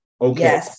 Okay